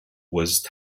was